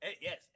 Yes